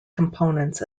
components